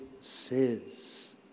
says